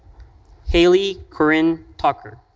haley corinne tucker.